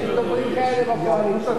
של דיבורים כאלה בקואליציה.